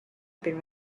been